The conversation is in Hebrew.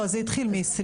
לא, זה התחיל מ-29.